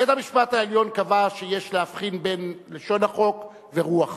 בית-המשפט העליון קבע שיש להבחין בין לשון החוק ורוח החוק,